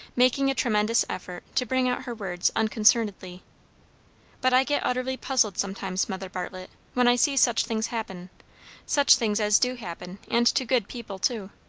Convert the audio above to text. making a tremendous effort to bring out her words unconcernedly but i get utterly puzzled sometimes, mother bartlett, when i see such things happen such things as do happen, and to good people too.